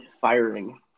firing